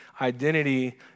identity